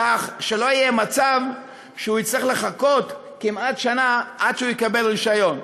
כך שלא יהיה מצב שהוא יצטרך לחכות כמעט שנה עד שהוא יקבל רישיון.